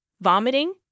vomiting